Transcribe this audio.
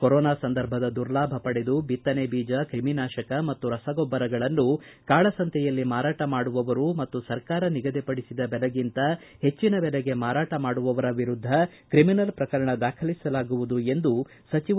corona ಸಂದರ್ಭದ ದುರ್ಲಾಭ ಪಡೆದು ಬಿತ್ತನೆ ಬೀಜ ಕ್ರಿಮಿನಾಶಕ ಮತ್ತು ರಸಗೊಬ್ಬರಗಳನ್ನು ಕಾಳಸಂತೆಯಲ್ಲಿ ಮಾರಾಟ ಮಾಡುವವರು ಮತ್ತು ಸರ್ಕಾರ ನಿಗದಿಪಡಿಸಿದ ಬೆಲೆಗಿಂತ ಹೆಚ್ಚಿನ ಬೆಲೆಗೆ ಮಾರಾಟ ಮಾಡುವವರ ವಿರುದ್ದ ತ್ರಿಮಿನಲ್ ಪ್ರಕರಣ ದಾಖಲಿಸಲಾಗುವುದು ಎಂದು ಸಚಿವ ಬಿ